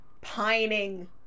pining